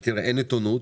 כי אין עיתונות.